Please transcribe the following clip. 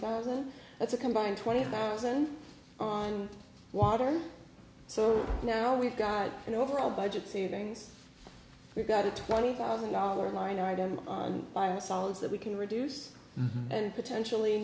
thousand that's a combined twenty thousand on water so now we've got an overall budget savings we've got a twenty thousand dollars line item on biosolids that we can reduce and potentially